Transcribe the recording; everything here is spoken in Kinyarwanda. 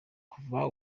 kuva